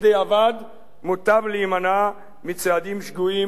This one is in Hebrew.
מוטב להימנע מצעדים שגויים מלכתחילה.